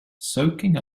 soaking